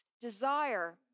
desire